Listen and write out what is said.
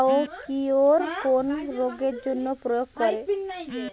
Biocure কোন রোগেরজন্য প্রয়োগ করে?